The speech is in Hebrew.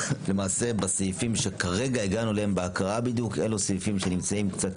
בסעיפים שכרגע הגענו אליהם בהקראה - הם אתנו,